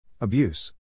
Abuse